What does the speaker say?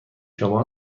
شما